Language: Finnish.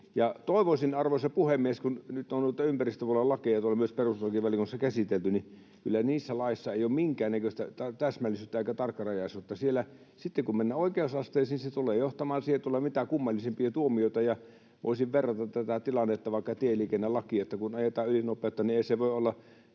Toteaisin, arvoisa puhemies, että kun nyt on noita ympäristöpuolen lakeja myös tuolla perustuslakivaliokunnassa käsitelty, niin kyllä niissä laeissa ei ole minkäännäköistä täsmällisyyttä eikä tarkkarajaisuutta siellä. Sitten kun mennään oikeusasteisiin, se tulee johtamaan siihen, että tulee mitä kummallisimpia tuomiota. Voisin verrata tätä tilannetta vaikka tieliikennelakiin, että kun ajetaan ylinopeutta, niin ei se voi olla